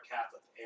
Catholic